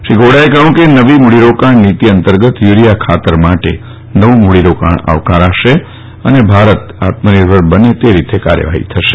શ્રી ગોવડાએ જણાવ્યું કે નવી મૂડીરોકાણ નીતિ અંતર્ગત યુરીયા ખાતર માટે નવું મૂડીરોકાણ આવકારાશે અને ભારત આત્મનિર્ભર બને તે રીતે કાર્યવાહી થશે